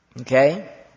Okay